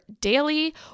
daily